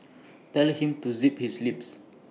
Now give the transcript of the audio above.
tell him to zip his lip